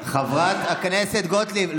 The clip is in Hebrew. לגמרי, חברת הכנסת גוטליב.